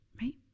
Right